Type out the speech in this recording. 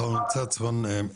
מבתי המגורים?